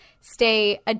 stay